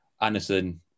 Anderson